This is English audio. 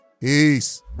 Peace